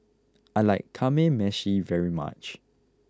I like Kamameshi very much